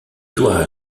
toi